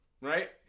right